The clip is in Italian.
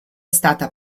stata